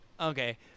Okay